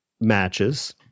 matches